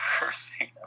cursing